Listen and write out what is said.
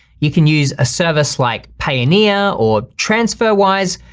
you can use a service like payoneer or transferwise,